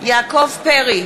יעקב פרי,